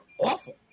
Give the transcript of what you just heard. awful